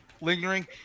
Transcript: lingering